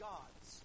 God's